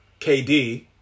KD